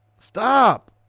Stop